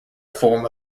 form